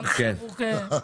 כן, ינון.